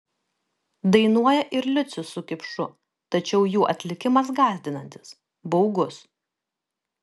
dainuoja ir liucius su kipšu tačiau jų atlikimas gąsdinantis baugus